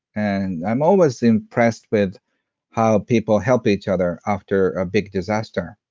and i'm always impressed with how people help each other after a big disaster.